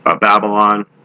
Babylon